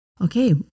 okay